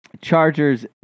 Chargers